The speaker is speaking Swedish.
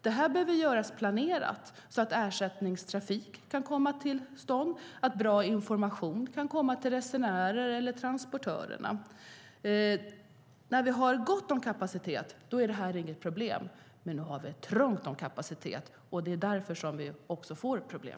Det behöver göras planerat, så att ersättningstrafik kan komma till stånd och så att bra information kan ges till resenärerna eller transportörerna. När vi har gott om kapacitet är det här inget problem, men nu har vi dåligt med kapacitet. Det är därför vi får problem.